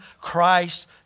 Christ